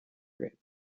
grid